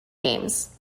games